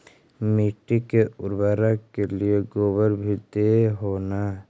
मिट्टी के उर्बरक के लिये गोबर भी दे हो न?